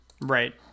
Right